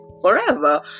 forever